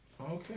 Okay